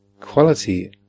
quality